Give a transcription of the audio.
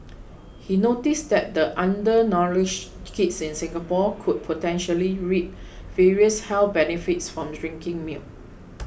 he noticed that the undernourished kids in Singapore could potentially reap various health benefits from drinking milk